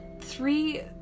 three